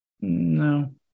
No